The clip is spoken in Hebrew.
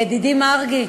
ידידי מרגי.